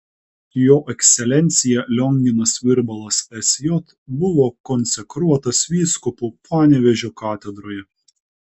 jo ekscelencija lionginas virbalas sj buvo konsekruotas vyskupu panevėžio katedroje